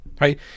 Right